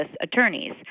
attorneys